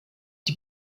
die